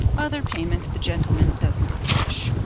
other payment the gentleman does not wish.